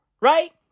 right